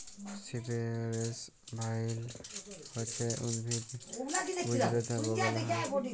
সিপেরেস ভাইল হছে উদ্ভিদ কুল্জলতা বাগালে হ্যয়